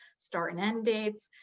start and end dates,